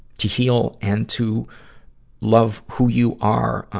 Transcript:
to heal and to love who you are, ah,